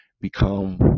become